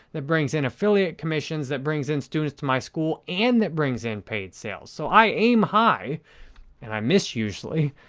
that brings in affiliate commissions, that brings in students to my school and brings in paid sales. so, i aim high and i miss usually,